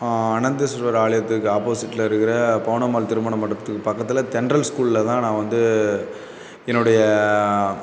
அனந்த சுடர் ஆலயத்துக்கு ஆப்போசிட்டில் இருக்கிற பவுனம்மாள் திருமண மண்டபத்துக்கு பக்கத்தில் தென்றல் ஸ்கூலில் தான் நான் வந்து என்னுடைய